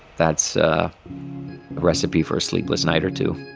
that's a recipe for a sleepless night or two